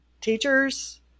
teachers